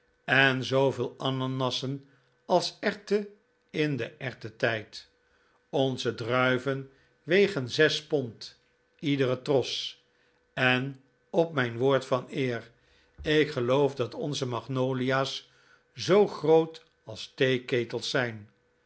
en zooveel ananassen als erwten in den erwtentijd onze druiven wegen zes pond iedere tros en op mijn woord van eer ik geloof dat onze magnolia's zoo groot als theeketels zijn